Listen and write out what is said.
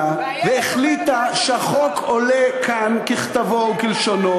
והחליטה שהחוק עולה כאן ככתבו וכלשונו,